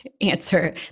answer